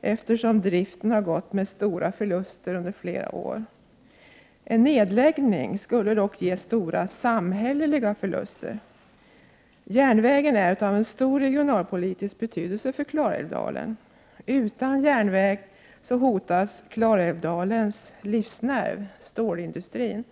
eftersom driften har gått med stora förluster under flera år. En nedläggning skulle dock ge stora samhälleliga förluster. Järnvägen är av stor regionalpolitisk betydelse för Klarälvdalen. Utan järnväg hotas Klarälvdalens livsnerv stålindustrin.